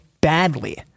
badly